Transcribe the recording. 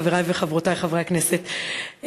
חברי וחברותי חברי הכנסת,